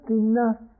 enough